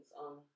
on